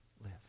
live